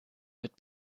mit